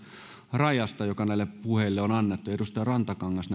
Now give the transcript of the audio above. rajasta joka näille puheille on annettu edustaja rantakangas